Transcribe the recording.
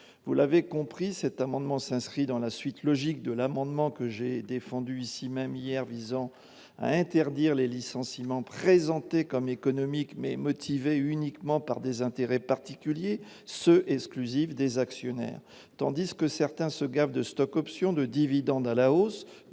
Vous l'avez compris, cet amendement s'inscrit dans la suite logique de l'amendement que j'ai défendu ici même hier, et qui visait à interdire les licenciements présentés comme économiques, alors qu'ils sont en réalité uniquement motivés par des intérêts particuliers, les intérêts exclusifs des actionnaires. Tandis que certains se gavent de stock-options, de dividendes à la hausse,